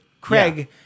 Craig